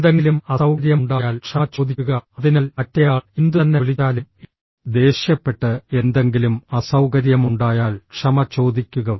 എന്തെങ്കിലും അസൌകര്യമുണ്ടായാൽ ക്ഷമ ചോദിക്കുക അതിനാൽ മറ്റേയാൾ എന്തുതന്നെ വിളിച്ചാലും ദേഷ്യപ്പെട്ട് എന്തെങ്കിലും അസൌകര്യമുണ്ടായാൽ ക്ഷമ ചോദിക്കുക